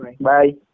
bye